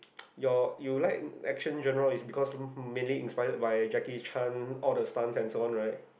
your you like action journal is because many inspire by Jackie-Chan all the stun and so on right